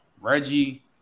Reggie